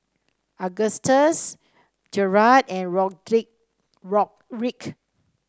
Augustus Gerhardt and Rodrick